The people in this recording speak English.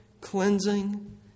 cleansing